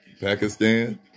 Pakistan